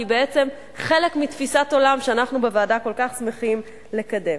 כי היא בעצם חלק מתפיסת עולם שאנחנו בוועדה כל כך שמחים לקדם.